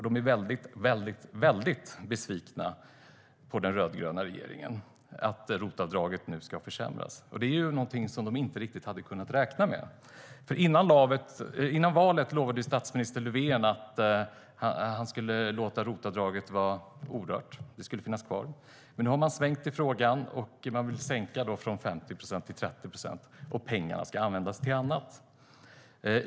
De är mycket besvikna på att den rödgröna regeringen nu ska försämra ROT-avdraget. Det är något som de inte riktigt hade räknat med. Före valet lovade statsminister Löfven att han skulle låta ROT-avdraget förbli orört. Det skulle finnas kvar. Nu har regeringen svängt i frågan, och man vill sänka från 50 procent till 30 procent. Pengarna ska användas till annat.